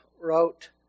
wrote